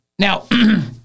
Now